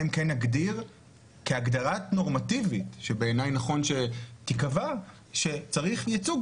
אם כן נגדיר כהגדרה נורמטיבית שבעיניי נכון שתיקבע שצריך ייצוג